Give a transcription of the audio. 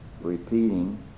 Repeating